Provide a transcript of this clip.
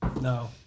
No